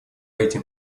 этим